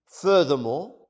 Furthermore